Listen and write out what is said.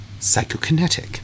psychokinetic